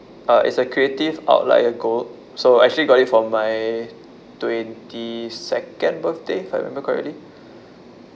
uh it's a Creative outlier gold so actually got it for my twenty second birthday if I remember correctly